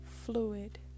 Fluid